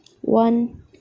one